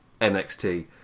NXT